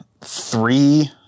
three